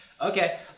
Okay